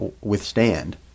withstand